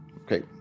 Okay